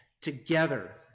together